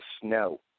snow